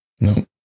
No